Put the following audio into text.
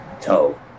toe